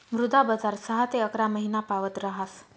मुद्रा बजार सहा ते अकरा महिनापावत ऱहास